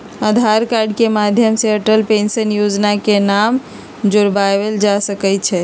आधार card के माध्यम से अटल पेंशन जोजना में नाम जोरबायल जा सकइ छै